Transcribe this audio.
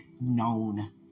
known